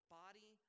body